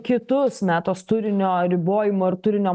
kitus metos turinio ribojimo ir turinio